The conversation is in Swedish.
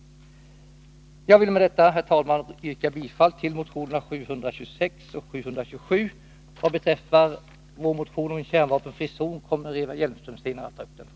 Jag vill med detta, herr talman, yrka bifall till motionerna 726 och 727. Vår motion om en nordisk kärnvapenfri zon kommer Eva Hjelmström att ta upp.